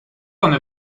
one